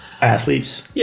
athletes